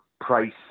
Price